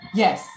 yes